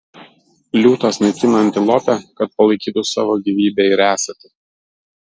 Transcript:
liūtas naikina antilopę kad palaikytų savo gyvybę ir esatį